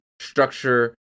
structure